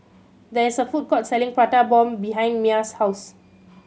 there is a food court selling Prata Bomb behind Mia's house